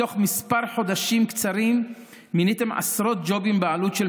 בתוך כמה חודשים קצרים מיניתם מקורבים